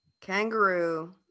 kangaroo